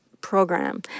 program